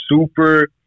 super